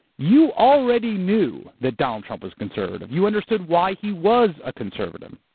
you already knew that donald trump was conservative. you understood why he was a conservative.